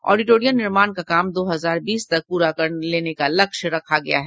auditorium निर्माण का काम दो हजार बीस तक पूरा कर लेने का लक्ष्य रखा गया है